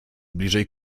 bliżej